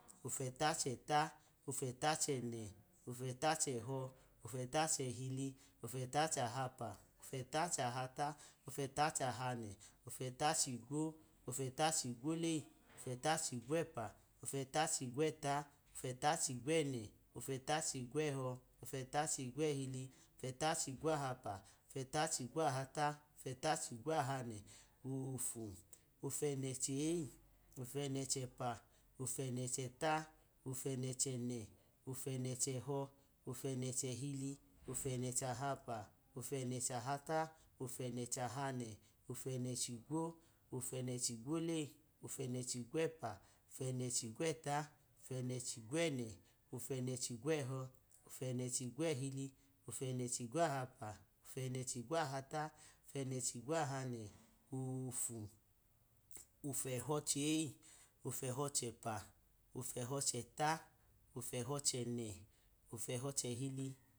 Ofu ẹta chẹta, ofu ẹta chẹne̱, ofu ẹtachẹhọ, ofu ẹta chẹhili, ofu ẹta ehahapu, ofu ẹta chahata, ofu ẹta chahanẹ, ofu ẹta chigwo, ofu ẹta chigwoleyi, ofu ẹta chigwo ẹpu, ofu ẹta chigwo ẹta, ofu ẹta chigwo ẹnẹ, ofu ẹta chigwo ẹhọ, ofu ẹta chigwo ẹhili, ofu ẹta chigwo ahapa, ofu ẹta chigwo ahata, ofu ẹta chigwo ahanẹ, ofu, ofunẹnẹchyi, ofu e̱nẹ chẹpa, ofu e̱nẹ chẹta, ofu e̱nẹ chẹnẹ, ofu e̱nẹ chẹhọ, ofu e̱nẹ chẹhili, ofu e̱nẹ chehapa, ofu e̱nẹ chahata, ofu e̱nẹ chahanẹ, ofu e̱nẹ chigwo, ofue̱nẹchigwoleyi, ofu e̱nẹ chigwo ẹpu, ofu e̱nẹ chigwo ẹta, ofu e̱nẹ chigwo ẹnẹm ofu e̱nẹ chigwo ẹhọ, ofu e̱nẹ chigwo ehili, ofu e̱nẹ chigwo ahapa, ofu e̱nẹ chigwo ahata, ofu e̱nẹ chigwo ahanẹ, ofu, ofuehọ cheyi, ofuẹhọ cheap, ofuẹhọ chẹta, ofuẹhọ chẹnẹ, ofuẹhọ chehili.